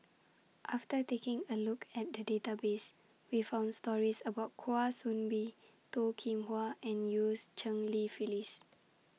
after taking A Look At The Database We found stories about Kwa Soon Bee Toh Kim Hwa and Eu's Cheng Li Phyllis